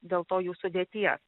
dėl to jų sudėties